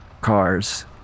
cars